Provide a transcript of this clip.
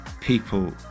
people